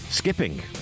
Skipping